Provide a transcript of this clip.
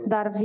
Dar